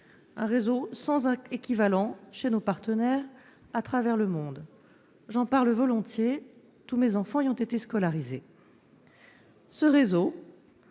est sans équivalent chez nos partenaires à travers le monde. J'en parle volontiers, car tous mes enfants y ont été scolarisés. Ce réseau